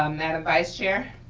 madam vice chair?